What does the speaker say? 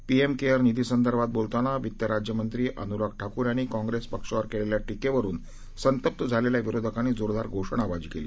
PM care निधीसंदर्भात बोलताना वित्त राज्यमंत्री अनुराग ठाकूर यांनी काँग्रेस पक्षावर केलेल्या टीकेवरून संतप्त झालेल्या विरोधकांनी जोरदार घोषणाबाजी केली